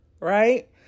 right